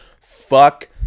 Fuck